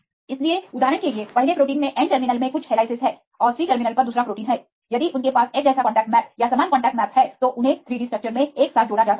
इसलिए उदाहरण के लिए पहले प्रोटीन में N टर्मिनल में कुछ हेलाईसेस हैं और C टर्मिनल पर दूसरl प्रोटीन हैं यदि उनके पास एक जैसा कांटेक्ट मैप या समान कांटेक्ट मैप है तो उन्हें 3 डी स्ट्रक्चर में एक साथ जोड़ा जा सकता है